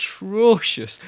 atrocious